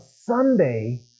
Sunday